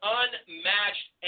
unmatched